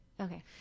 Okay